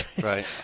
Right